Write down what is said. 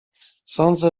sądzę